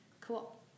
Cool